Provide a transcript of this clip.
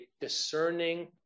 discerning